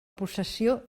possessió